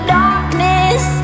darkness